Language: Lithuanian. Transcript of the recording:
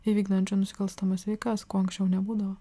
įvykdančių nusikalstamas veikas ko anksčiau nebūdavo